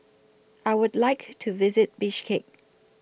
I Would like to visit Bishkek